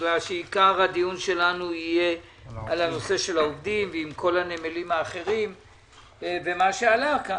עיקר הדיון יהיה בנושא העובדים וכל הנמלים האחרים ומה שעלה פה,